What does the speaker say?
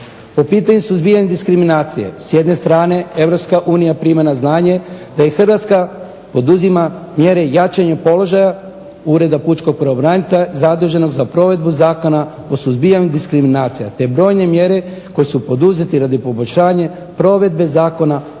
Po pitanju suzbijanja diskriminacije s jedne strane Europska unija prima na znanje da Hrvatska poduzima mjere jačanja položaja ureda Pučkog pravobranitelja zaduženog za provedbu Zakona o suzbijanju diskriminacija, te brojne mjere koje su poduzeti radi poboljšanja provedbe Zakona